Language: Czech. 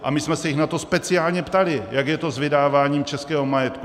A my jsme se jich na to speciálně ptali, jak je to s vydáváním českého majetku.